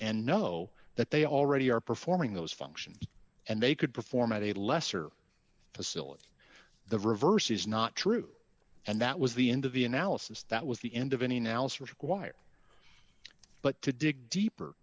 and know that they already are performing those functions and they could perform at a lesser facility the reverse is not true and that was the end of the analysis that was the end of any analysis required but to dig deeper